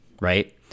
right